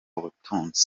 ubutunzi